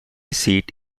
seat